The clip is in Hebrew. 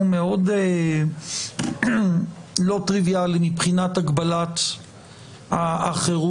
מאוד לא טריוויאלי מבחינת הגבלת החירות.